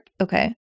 Okay